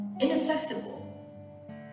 inaccessible